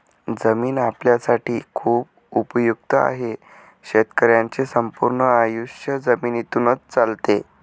जमीन आपल्यासाठी खूप उपयुक्त आहे, शेतकऱ्यांचे संपूर्ण आयुष्य जमिनीतूनच चालते